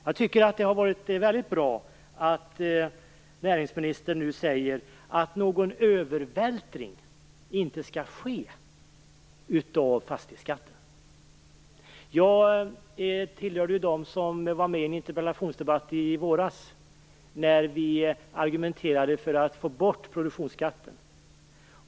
Jag tycker att det är bra att näringsministern nu säger att någon övervältring av fastighetsskatten inte skall ske. Jag tillhörde dem som deltog i en interpellationsdebatt i våras då vi argumenterade för att få bort produktionsskatten.